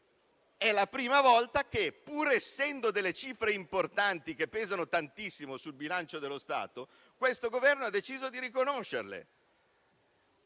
È la prima volta che, pur essendo delle cifre importanti che pesano tantissimo sul bilancio dello Stato, questo Governo ha deciso di riconoscerle